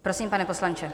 Prosím, pane poslanče.